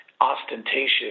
ostentatious